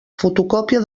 fotocòpia